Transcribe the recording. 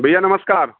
भैया नमस्कार